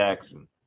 Jackson